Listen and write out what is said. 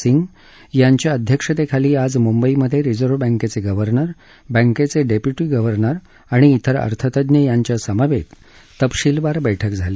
सिंग यांच्या अध्यक्षतेखाली आज मुंबईमध्ये रिझर्व्ह बँकेचे गव्हर्नर बँकेचे डेप्यूटी गव्हर्नर आणि तिर अर्थतज्ज्ञ यांच्यासमवेत तपशीलवार बैठक झाली